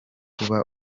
kuba